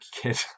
Kid